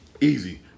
easy